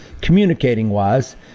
Communicating-wise